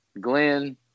Glenn